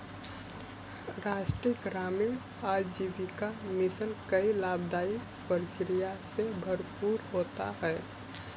राष्ट्रीय ग्रामीण आजीविका मिशन कई लाभदाई प्रक्रिया से भरपूर होता है